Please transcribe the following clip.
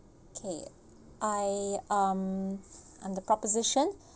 I um am the proposition